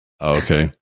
Okay